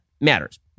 matters